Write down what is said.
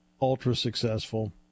ultra-successful